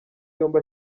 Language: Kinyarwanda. yombi